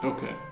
Okay